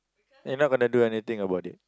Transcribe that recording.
and you not gonna do anything about it